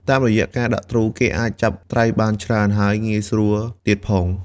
តាមរយៈការដាក់ទ្រូ គេអាចចាប់ត្រីបានច្រើន ហើយងាយស្រួលទៀតផង។